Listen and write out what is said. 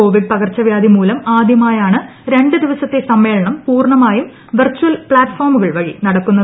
Covid പകർച്ചവ്യാധി മൂലം ആദ്യമായാണ് രണ്ട് ദിവസത്തെ സമ്മേളനം പൂർണ്ണമായും വെർചൽ പ്ലാറ്റ്ഫോമുകൾ വഴി നടക്കുന്നത്